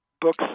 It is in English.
books